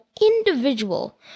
individual